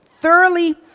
thoroughly